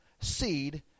seed